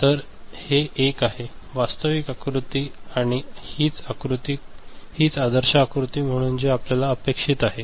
तर हे एक आहे वास्तविक आकृती आणि हीच आदर्श आकृती म्हणून जे आपल्याला अपेक्षित आहे